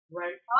right